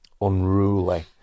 unruly